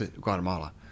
Guatemala